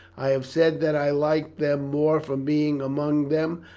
i have said that i like them more for being among them.